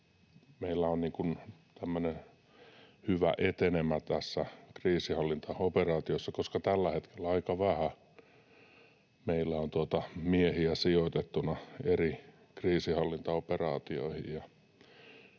tämmöinen hyvä etenemä tässä kriisinhallintaoperaatiossa, koska tällä hetkellä aika vähän meillä on miehiä sijoitettuna eri kriisinhallintaoperaatioihin.